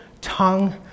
tongue